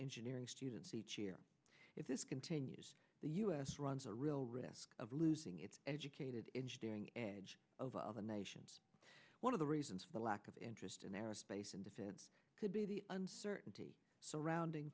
engineering students each year if this continues the u s runs a real risk of losing its educated engineering edge over other nations one of the reasons for the lack of interest in aerospace and defense could be the uncertainty surrounding